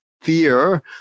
fear